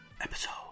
episode